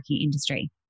industry